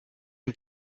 een